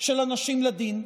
של אנשים לדין?